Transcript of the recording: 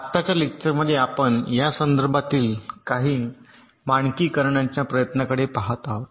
आताच्या लेक्चरमध्ये आपण या संदर्भातील काही मानकीकरणाच्या प्रयत्नांकडे पहात आहोत